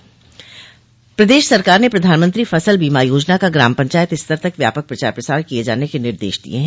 प्रदेश सरकार ने प्रधानमंत्रो फसल बीमा योजना का ग्राम पंचायत स्तर तक व्यापक प्रचार प्रसार किये जाने के निर्देश दिये हैं